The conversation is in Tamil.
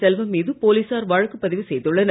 செல்வம் மீது போலீசார் வழக்கு பதிவு செய்துள்ளனர்